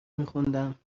میخوندم